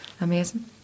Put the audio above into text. amazing